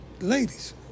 Ladies